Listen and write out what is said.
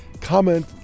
comment